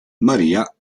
maria